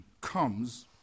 comes